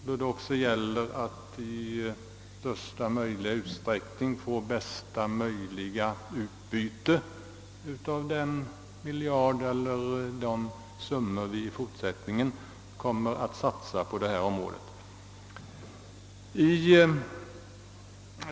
Det gäller att få bästa möjliga utbyte av de summor — kanske miljardbelopp — som vi i fortsättningen kommer att satsa på området.